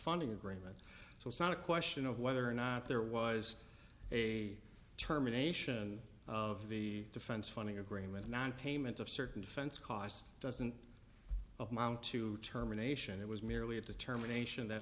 funding agreement so it's not a question of whether or not there was a terminations of the defense funding agreement nonpayment of certain defense costs doesn't amount to terminations it was merely a determination that